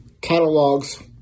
Catalogs